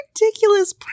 ridiculous